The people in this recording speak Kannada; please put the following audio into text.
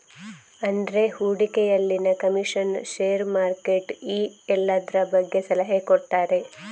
ಅಂದ್ರೆ ಹೂಡಿಕೆಯಲ್ಲಿನ ಕಮಿಷನ್, ಷೇರು, ಮಾರ್ಕೆಟ್ ಈ ಎಲ್ಲದ್ರ ಬಗ್ಗೆ ಸಲಹೆ ಕೊಡ್ತಾರೆ